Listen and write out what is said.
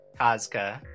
Kazka